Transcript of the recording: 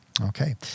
Okay